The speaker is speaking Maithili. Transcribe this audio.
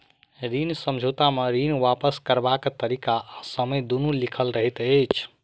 ऋण समझौता मे ऋण वापस करबाक तरीका आ समय दुनू लिखल रहैत छै